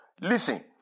listen